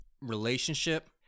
relationship